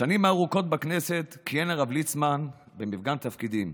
בשנים הארוכות בכנסת כיהן הרב ליצמן במגוון תפקידים.